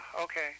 okay